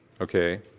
okay